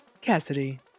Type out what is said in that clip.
Cassidy